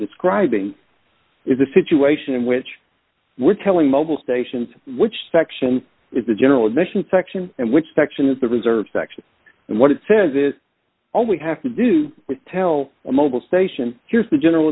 describing is a situation in which we're telling mobile stations which section is the general admission section and which section is the reserved section and what it says is all we have to do with tell a mobil station here's the general